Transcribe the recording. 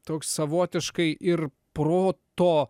toks savotiškai ir proto